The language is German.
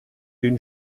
den